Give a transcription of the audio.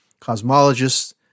cosmologists